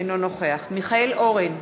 אינו נוכח מיכאל אורן,